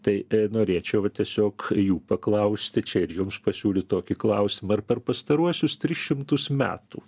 tai norėčiau vat tiesiog jų paklausti čia ir jums pasiūlyt tokį klausimą ar per pastaruosius tris šimtus metų